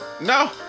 No